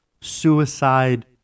suicide